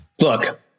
look